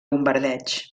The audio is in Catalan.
bombardeig